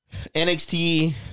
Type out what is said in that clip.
NXT